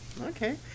okay